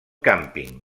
càmping